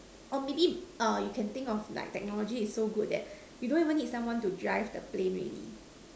or maybe err you can think of like technology is so good that you don't even need someone to drive the plane already